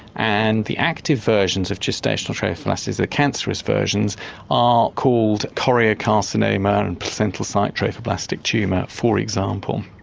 and the active versions of gestational trophoblastics are cancerous versions are called choriocarcinoma and and placental-site trophoblastic tumour for example.